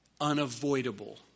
unavoidable